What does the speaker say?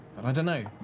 i don't know.